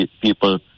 people